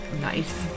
Nice